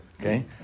okay